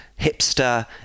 hipster